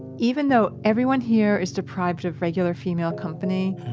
even though everyone here is deprived of regular female company,